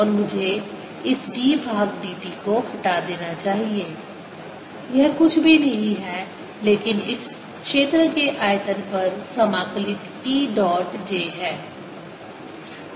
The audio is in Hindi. और मुझे इस d भाग dt को हटा देना चाहिए यह कुछ भी नहीं है लेकिन इस क्षेत्र के आयतन पर समाकलित E डॉट j है